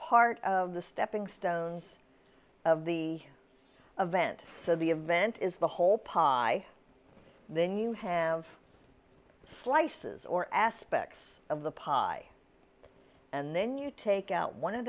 part of the stepping stones of the event so the event is the whole pie then you have slices or aspects of the pie and then you take out one of